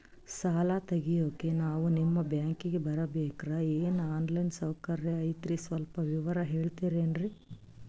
ಸಾಲ ತೆಗಿಯೋಕಾ ನಾವು ನಿಮ್ಮ ಬ್ಯಾಂಕಿಗೆ ಬರಬೇಕ್ರ ಏನು ಆನ್ ಲೈನ್ ಸೌಕರ್ಯ ಐತ್ರ ಸ್ವಲ್ಪ ವಿವರಿಸಿ ಹೇಳ್ತಿರೆನ್ರಿ?